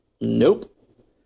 nope